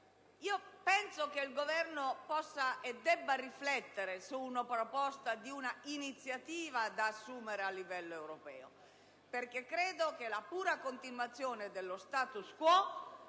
Penso che il Governo possa e debba riflettere sulla proposta di un'iniziativa da assumere a livello europeo, perché la pura continuazione dello *status quo*